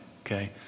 okay